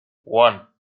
one